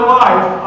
life